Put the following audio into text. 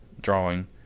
Drawing